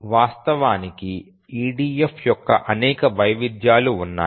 వాస్తవానికి EDF యొక్క అనేక వైవిధ్యాలు ఉన్నాయి